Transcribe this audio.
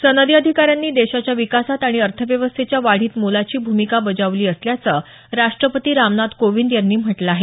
सनदी अधिकाऱ्यांनी देशाच्या विकासात आणि अर्थव्यवस्थेच्या वाढीत मोलाची भूमिका बजावली असल्याचं राष्टपती रामनाथ कोंविद यांनी म्हटलं आहे